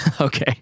okay